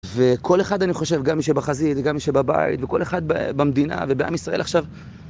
וכל אחד, אני חושב, גם מי שבחזית, גם מי שבבית, וכל אחד במדינה ובעם ישראל עכשיו...